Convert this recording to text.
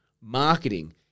marketing